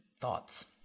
thoughts